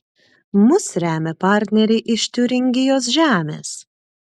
mus remia partneriai iš tiuringijos žemės